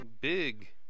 Big